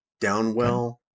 Downwell